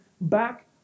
back